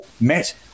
met